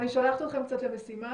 אני שולחת אתכם קצת למשימה,